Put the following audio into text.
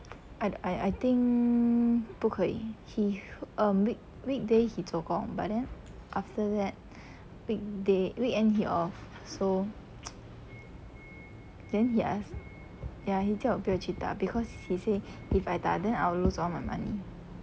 I I I think 不可以 he um weekday he 做工 but then after that weekday weekend he off so then he ask ya he 叫我不要去打 because he say if I 打 then I will lose all my money